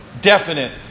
definite